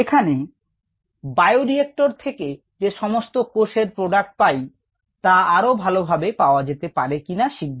এখানে bioreactor থেকে যে সমস্ত কোষ এর প্রোডাক্ট পাই তা আরো ভালোভাবে পাওয়া যেতে পারে কিনা শিখব